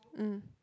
mm